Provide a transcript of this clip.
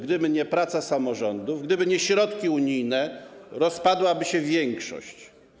Gdyby nie praca samorządów, gdyby nie środki unijne, rozpadłaby się większość.